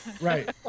Right